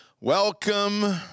Welcome